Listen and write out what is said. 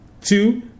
two